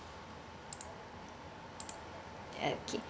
okay